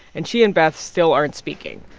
and she and beth still aren't speaking.